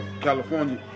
California